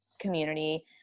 community